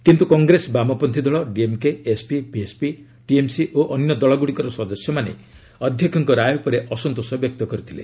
କିନ୍ତୁ କଂଗ୍ରେସ ବାମପନ୍ଥୀ ଦଳ ଡିଏମ୍କେ ଏସ୍ପି ବିଏସ୍ପି ଟିଏମ୍ସି ଓ ଅନ୍ୟ ଦଳଗୁଡ଼ିକର ସଦସ୍ୟମାନେ ଅଧ୍ୟକ୍କ ରାୟ ଉପରେ ଅସନ୍ତୋଷ ବ୍ୟକ୍ତ କରିଥିଲେ